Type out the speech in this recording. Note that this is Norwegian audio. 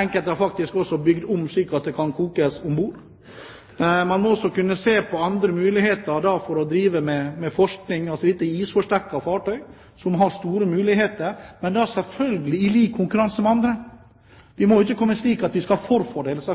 Enkelte har også bygd om slik at krabbene kan kokes om bord. Man må også kunne se på andre muligheter for å drive med forskning. Dette er isforsterkede fartøy som har store muligheter, men da selvfølgelig i lik konkurranse med andre. Vi må selvfølgelig ikke komme dit at vi skal forfordele der,